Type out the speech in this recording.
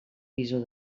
visor